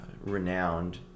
renowned